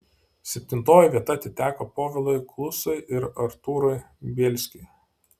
septintoji vieta atiteko povilui klusui ir artūrui bielskiui